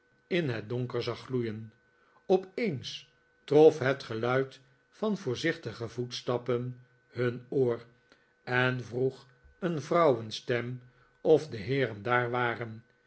in het donker zag gloeien opeens trof het geluid van voorzichtige voetstappen hun oor en vroeg een vrouwenstem of de heeren daar waren